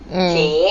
mm